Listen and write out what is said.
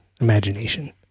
imagination